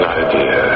idea